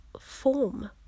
form